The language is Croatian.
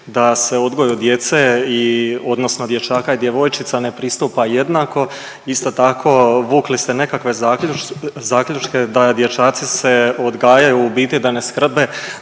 da se u odgoju djece i odnosno dječaka i djevojčica ne pristupa jednako. Isto tako vukli ste nekakve zaključke da dječaci se odgajaju u biti da ne skrbe